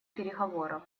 переговоров